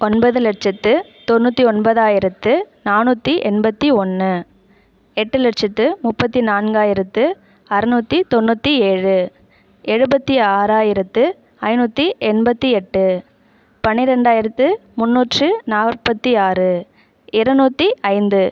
ஒன்பது லட்சத்து தொண்ணூற்று ஒன்பதாயிரத்து நானூற்று எண்பத்து ஒன்று எட்டு லட்சத்து முப்பத்து நான்காயிரத்து அறுநூத்தி தொண்ணூற்றி ஏழு எழுபத்து ஆறாயிரத்து ஐநூற்றி எண்பத்து எட்டு பன்னிரெண்டாயிரத்து முன்னூற்றி நாற்பத்தி ஆறு இருநூத்தி ஐந்து